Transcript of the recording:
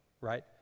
right